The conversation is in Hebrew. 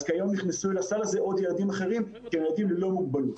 כיום נכנסו לסל הזה עוד ילדים אחרים כילדים בלי מוגבלות.